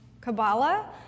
Kabbalah